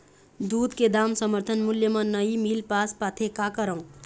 दूध के दाम समर्थन मूल्य म नई मील पास पाथे, का करों?